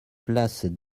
place